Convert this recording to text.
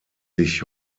sich